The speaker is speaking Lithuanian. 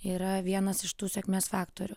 yra vienas iš tų sėkmės faktorių